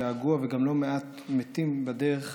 געגוע וגם לא מעט מתים בדרך,